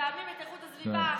שמזהמים את איכות הסביבה,